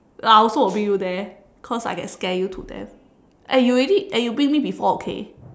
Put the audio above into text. I will also bring you there cause I can scare you to death eh you already eh you bring me before okay